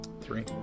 Three